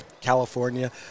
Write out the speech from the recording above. California